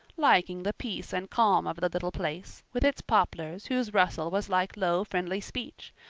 liking the peace and calm of the little place, with its poplars whose rustle was like low, friendly speech,